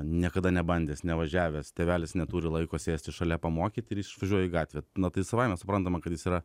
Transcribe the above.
niekada nebandęs nevažiavęs tėvelis neturi laiko sėsti šalia pamokyti ir jis išvažiuoja į gatvę na tai savaime suprantama kad jis yra